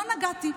לא נגעתי.